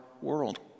world